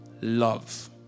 love